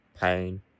pain